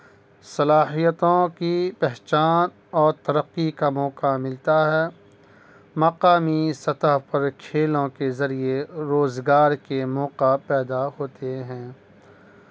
صلاحیتوں کی پہچان اور ترقی کا موقع ملتا ہے مقامی سطح پر کھیلوں کے ذریعے روزگار کے موقع پیدا ہوتے ہیں